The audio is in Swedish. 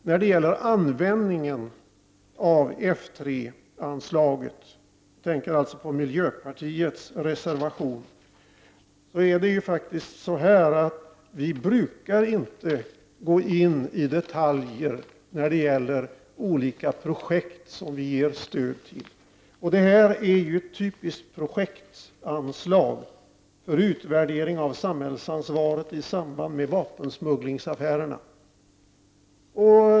När det gäller användningen av F3-anslaget brukar inte utskottet gå in i detalj på olika projekt som Sverige ger stöd till. Jag tänker nu på miljöpartiets reservation. Det är här fråga om ett typiskt projektanslag för utvärdering av samhällsansvaret i samband med vapensmugglingsaffärerna.